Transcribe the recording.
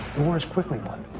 the war is quickly won.